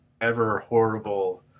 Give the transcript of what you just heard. ever-horrible